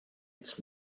its